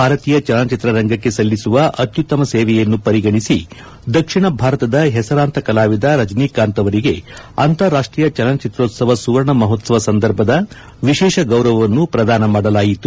ಭಾರತೀಯ ಚಲನಚಿತ್ರ ರಂಗಕ್ಕೆ ಸಲ್ಲಿಸುವ ಅತ್ಯುತ್ತಮ ಸೇವೆಯನ್ನು ಪರಿಗಣಿಸಿ ದಕ್ಷಿಣ ಭಾರತದ ಹೆಸರಾಂತ ಕಲಾವಿದ ರಜನಿಕಾಂತ್ ಅವರಿಗೆ ಅಂತಾರಾಷ್ಟೀಯ ಚಲನಚಿತ್ರೋತ್ಸವ ಸುವರ್ಣ ಮಹೋತ್ಸವ ಸಂದರ್ಭದ ವಿಶೇಷ ಗೌರವವನ್ನು ಪ್ರದಾನ ಮಾಡಲಾಯಿತು